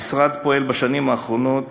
המשרד פועל בשנים האחרונות